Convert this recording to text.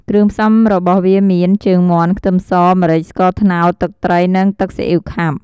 គ្រឿងផ្សំរបស់វាមាន ជើងមាន់ ខ្ទឹមស ម្រេច ស្ករត្នោត ទឹកត្រី និងទឹកស៊ីអ៉ីវខាប់។